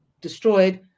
destroyed